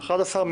ממשלתית:1385,